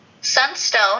sunstone